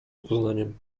uznaniem